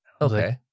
Okay